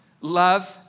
love